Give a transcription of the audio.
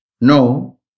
No